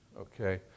Okay